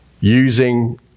using